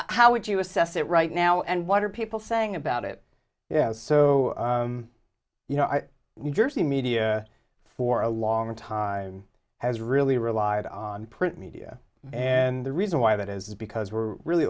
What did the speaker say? how would you assess it right now and what are people saying about it yeah so you know new jersey media for a long time has really relied on print media and the reason why that is because we're really